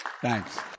Thanks